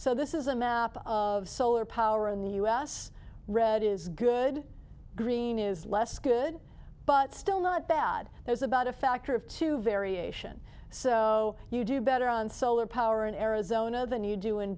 so this is a map of solar power in the u s red is good green is less good but still not bad there's about a factor of two variation so you do better on solar power in arizona than you do in